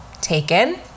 taken